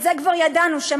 את זה כבר ידענו מההתחלה,